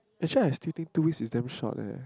actually I still think two weeks is damn short leh